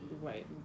right